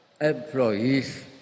employees